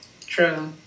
True